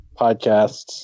podcasts